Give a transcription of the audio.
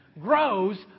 grows